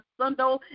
Sunday